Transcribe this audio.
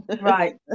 Right